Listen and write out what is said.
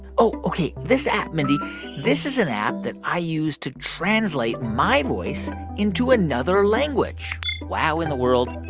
oh, ok. this app, mindy this is an app that i use to translate my voice into another language wow in the world